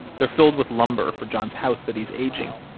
they're filled with lumber for john's house that he's aging,